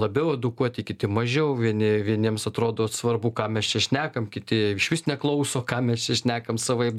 labiau edukuoti kiti mažiau vieni vieniems atrodo svarbu ką mes čia šnekam kiti išvis neklauso ką mes čia šnekam savaip